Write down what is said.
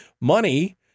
Money